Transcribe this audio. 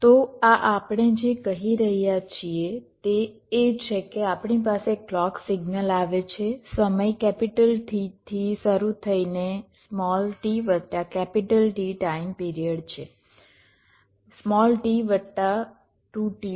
તો આ આપણે જે કહી રહ્યા છીએ તે એ છે કે આપણી પાસે ક્લૉક સિગ્નલ આવે છે સમય T થી શરુ થઇને t વત્તા કેપિટલ T ટાઇમ પિરિયડ છે t વત્તા 2T છે